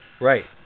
Right